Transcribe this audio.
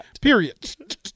period